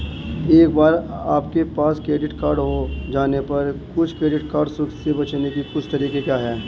एक बार आपके पास क्रेडिट कार्ड हो जाने पर कुछ क्रेडिट कार्ड शुल्क से बचने के कुछ तरीके क्या हैं?